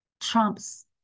trumps